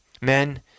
Men